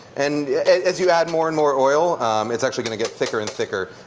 and as you add more and more oil it's actually going to get thicker and thicker.